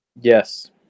Yes